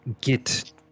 get